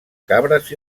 cabres